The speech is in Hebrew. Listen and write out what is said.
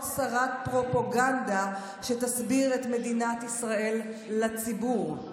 שרת פרופגנדה שתסביר את מדינת ישראל לציבור.